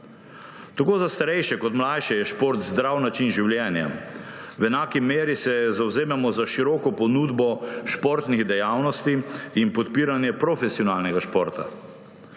Tako za starejše kot mlajše je šport zdrav način življenja. V enaki meri se zavzemamo za široko ponudbo športnih dejavnosti in podpiranje profesionalnega športa.